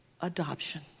adoption